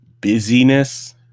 busyness